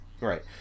right